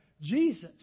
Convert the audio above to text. Jesus